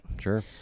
Sure